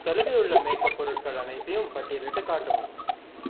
சலுகை உள்ள makeup பொருட்கள் அனைத்தையும் பட்டியலிட்டுக் காட்டவும்